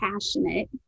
passionate